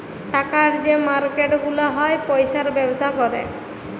টাকার যে মার্কেট গুলা হ্যয় পয়সার ব্যবসা ক্যরে